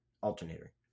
alternator